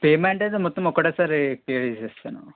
payment అయితే మొత్తం ఒకటేసారి క్లియర్ చేసేస్తాను